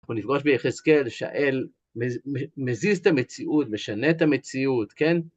אנחנו נפגוש ביחזקאל, שהאל, מזיז את המציאות, משנה את המציאות, כן?